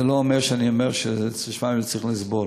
זה לא אומר שאני אומר ששבועיים צריך לסבול,